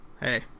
hey